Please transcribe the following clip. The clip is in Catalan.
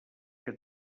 que